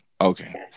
Okay